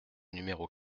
numéro